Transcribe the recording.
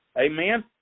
Amen